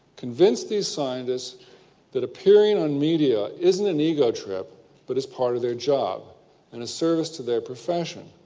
convince these scientists that appearing on media isn't an ego trip but is part of their job and a service to their profession.